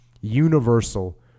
universal